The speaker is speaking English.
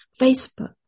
Facebook